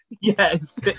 Yes